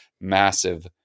massive